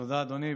תודה, אדוני.